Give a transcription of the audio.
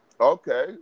Okay